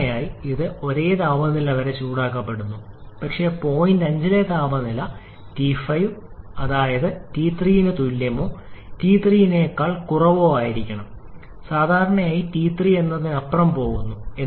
സാധാരണയായി ഇത് ഒരേ താപനില വരെ ചൂടാക്കപ്പെടുന്നു പക്ഷേ പോയിന്റ് 5 ലെ താപനില T5 അതായത് T3 ന് തുല്യമോ T3 നേക്കാൾ കുറവോ ആയിരിക്കണം സാധാരണയായി T3 എന്നതിനപ്പുറം പോകുന്നു